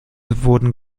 wurden